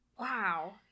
Wow